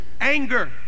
Anger